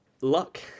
luck